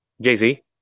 Jay-Z